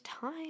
time